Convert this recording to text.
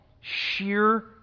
sheer